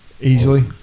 Easily